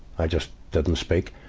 i just didn't speak.